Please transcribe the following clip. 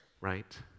right